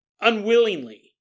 Unwillingly